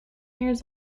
years